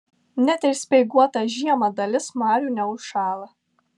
net ir speiguotą žiemą dalis marių neužšąla